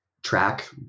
track